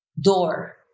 door